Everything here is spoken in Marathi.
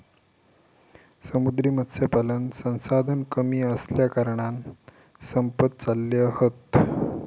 समुद्री मत्स्यपालन संसाधन कमी असल्याकारणान संपत चालले हत